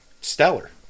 stellar